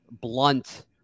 blunt